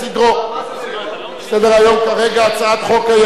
על סדר-היום כרגע: הצעת חוק היערות,